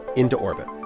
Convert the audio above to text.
into orbit?